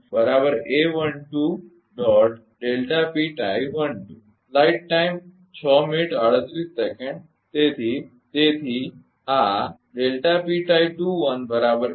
તેથી તેથી જ આ